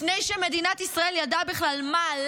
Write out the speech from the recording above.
לפני שמדינת ישראל ידעה בכלל מה,